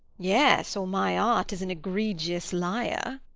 yes, or my art is an egregious liar.